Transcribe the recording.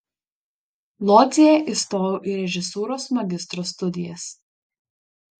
lodzėje įstojau į režisūros magistro studijas